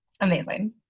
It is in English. Amazing